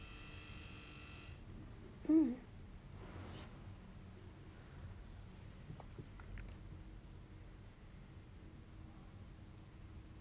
hmm